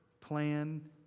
plan